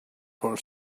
for